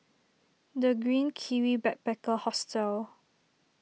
the Green Kiwi Backpacker Hostel